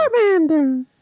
Charmander